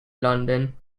london